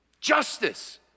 Justice